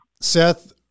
Seth